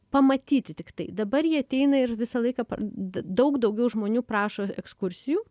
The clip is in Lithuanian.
pamatyti tiktai dabar jie ateina ir visą laiką daug daugiau žmonių prašo ekskursijų